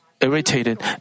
irritated